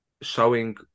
showing